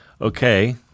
okay